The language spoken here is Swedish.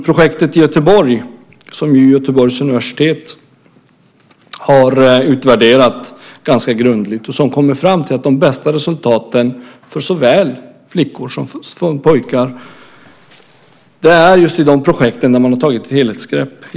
Projektet i Göteborg, som Göteborgs universitet har utvärderat ganska grundligt, kommer fram till att de bästa resultaten för såväl flickor som för pojkar är just de projekt där man har tagit ett helhetsgrepp.